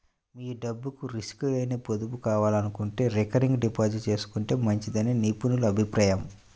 మీ డబ్బుకు రిస్క్ లేని పొదుపు కావాలనుకుంటే రికరింగ్ డిపాజిట్ చేసుకుంటే మంచిదని నిపుణుల అభిప్రాయం